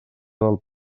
del